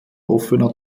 offener